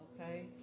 okay